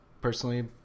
personally